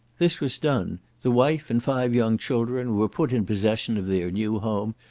this was done the wife and five young children were put in possession of their new home,